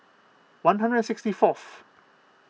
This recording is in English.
one hundred and sixty fourth